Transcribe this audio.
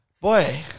boy